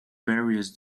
various